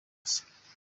gusa